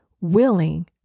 willing